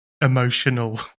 emotional